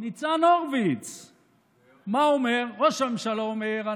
אף שמשרד החינוך,